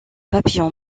papillon